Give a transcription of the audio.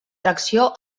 tracció